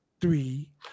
three